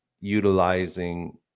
utilizing